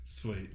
Sweet